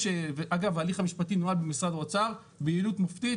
ההליך המשפטי -- -במשרד האוצר ביעילות מופתית.